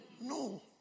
No